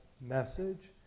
message